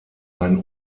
einen